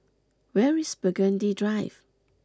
where is Burgundy Drive